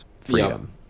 freedom